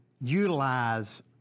utilize